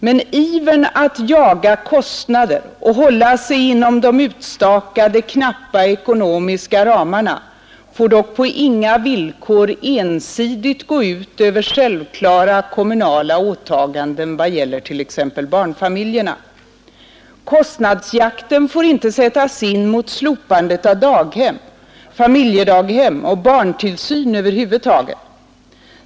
Men ivern att jaga kostnader och hålla sig inom de utstakade, knappa ekonomiska ramarna får dock på inga villkor ensidigt gå ut över självklara kommunala åtaganden vad gäller t.ex. barnfamiljerna. Kostnadsjakten får inte sättas in mot slopandet av daghem, familjedaghem och barntillsyn över huvud taget.